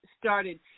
started